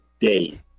day